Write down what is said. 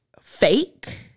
fake